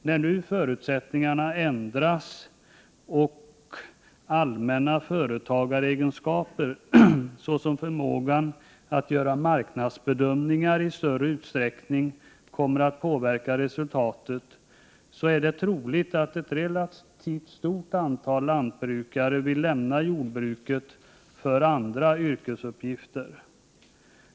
När nu förutsättningarna ändras och allmänna företagaregenskaper, såsom förmågan att göra marknadsbedömningar i större utsträckning, kommer att påverka resultatet, är det troligt att ett relativt stort antal lantbrukare vill lämna jordbruket för andra yrkesuppgifter.